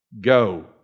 Go